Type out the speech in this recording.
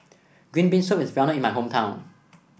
Green Bean Soup is well known in my hometown